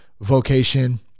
vocation